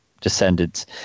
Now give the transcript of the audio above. descendants